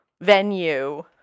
venue